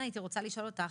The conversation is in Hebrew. אני רוצה לשאול אותך: